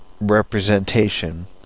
representation